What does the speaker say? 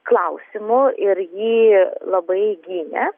klausimu ir jį labai gynė